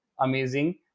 amazing